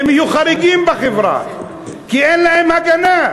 הם יהיו חריגים בחברה, כי אין להם הגנה.